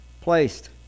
placed